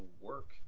work